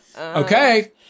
Okay